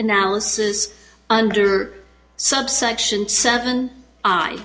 analysis under subsection seven